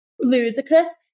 ludicrous